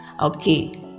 Okay